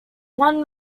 one